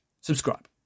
subscribe